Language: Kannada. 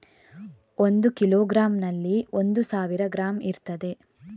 ಒಂದು ಕಿಲೋಗ್ರಾಂನಲ್ಲಿ ಒಂದು ಸಾವಿರ ಗ್ರಾಂ ಇರ್ತದೆ